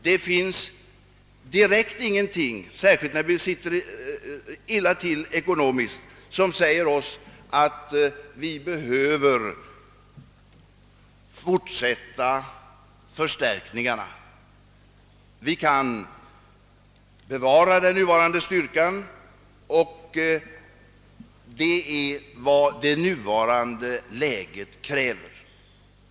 Det finns ingenting, särskilt när vi sitter illa till ekonomiskt, som säger oss att vi behö ver fortsätta förstärkningarna. Vi kan bevara den nuvarande styrkan; det är vad det nuvarande läget kräver.